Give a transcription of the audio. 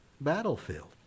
battlefield